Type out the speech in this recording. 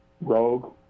Rogue